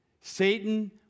Satan